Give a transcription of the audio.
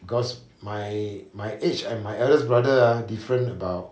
cause my my age and my eldest brother ah different about